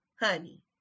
Honey